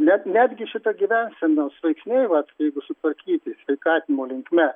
net netgi šito gyvensenos veiksniai vat jeigu sutvarkyti sveikatinimo linkme